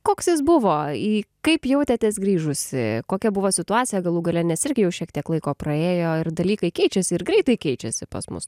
koks jis buvo į kaip jautėtės grįžusi kokia buvo situacija galų gale nes irgi jau šiek tiek laiko praėjo ir dalykai keičiasi ir greitai keičiasi pas mus